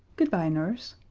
good-bye, nurse.